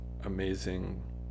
amazing